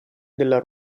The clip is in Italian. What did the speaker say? della